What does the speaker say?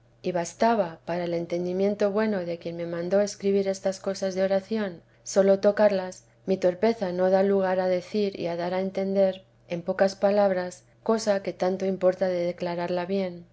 y bastaba para el entendimiento bueno de quien me mandó escribir estas cosas de oración sólo tocarlas mi torpeza no da lugar a decir y a dar a entender en pocas palabras cosa que tanto importa de declararla bien